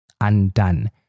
undone